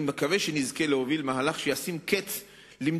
זאת